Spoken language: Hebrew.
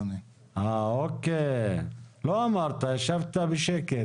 אני מתכנתת ואני לא משרד המשפטים,